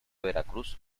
veracruz